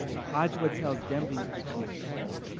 adjua tells dembi that she is pregnant.